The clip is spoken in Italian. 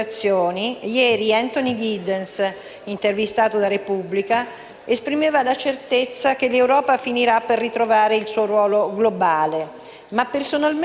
esprimeva la certezza che l'Europa finirà per ritrovare il suo ruolo globale. Personalmente non sono però convinta, come invece sosteneva Anthony Giddens,